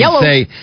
say